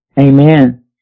Amen